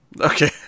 Okay